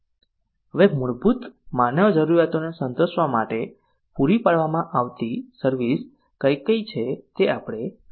હવે મૂળભૂત માનવ જરૂરિયાતોને સંતોષવા માટે પૂરી પાડવામાં આવતી સર્વિસ કઈ કઈ છે તે આપડે જોઈશું